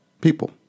people